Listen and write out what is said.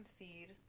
feed